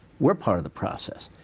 we are part of the process.